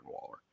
Waller